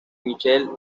michelle